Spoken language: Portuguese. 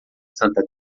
santa